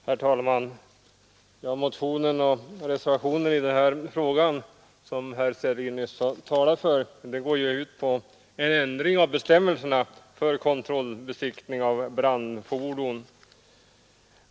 Herr talman! Motionen och reservationen i den här frågan, som herr Sellgren nyss har talat för, går ut på en ändring av bestämmelserna för kontrollbesiktning av brandfordon.